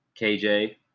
KJ